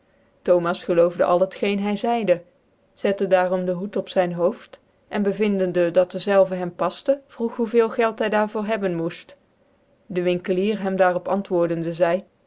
thomas geloofde al het geen hy zeidc zettede daarom den hoed op zyn hooft en bevindende dat dezelve hem pafte vroeg hoe veel geld hy daar voor hebben moeft dc winkelier hem daar op antwoordende zeidc